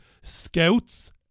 scouts